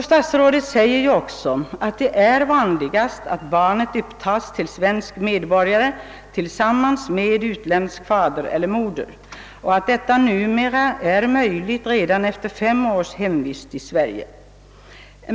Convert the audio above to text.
Statsrådet förklarar ju också att det är vanligast att barnet upptages till svensk medborgare tillsammans med utländsk fader eller moder och att detta numera är möjligt redan efter fem års hemvist i Sverige.